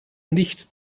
nicht